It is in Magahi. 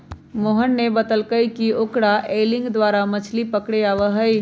मोहन ने बतल कई कि ओकरा एंगलिंग द्वारा मछ्ली पकड़े आवा हई